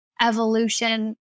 evolution